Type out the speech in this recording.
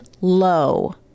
low